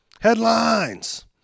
Headlines